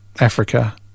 Africa